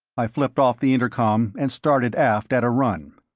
i flipped off the intercom and started aft at a run.